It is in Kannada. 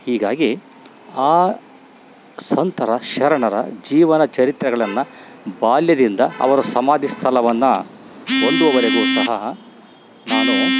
ಹೀಗಾಗಿ ಆ ಸಂತರ ಶರಣರ ಜೀವನ ಚರಿತ್ರೆಗಳನ್ನು ಬಾಲ್ಯದಿಂದ ಅವರ ಸಮಾಧಿ ಸ್ಥಳವನ್ನ ಹೊಂದುವವರೆಗೂ ಸಹ ನಾನು